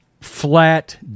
flat